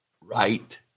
Right